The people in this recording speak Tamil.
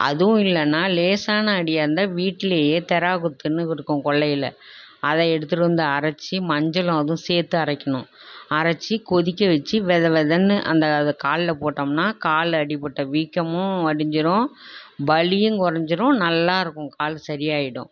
அதுவும் இல்லைன்னா லேசான அடியாக இருந்தால் வீட்டிலியே தெராகுத்துன்னு இருக்கும் கொல்லையில் அதை எடுத்துட்டு வந்து அரைத்து மஞ்சளும் அதுவும் சேர்த்து அரைக்கணும் அரைத்து கொதிக்க வச்சு வெதவெதன்னு அந்த அதை காலில் போட்டோமுன்னா காலில் அடிபட்ட வீக்கமும் வடிஞ்சிடும் வலியும் கொறஞ்சிடும் நல்லாயிருக்கும் கால் சரி ஆகிடும்